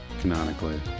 canonically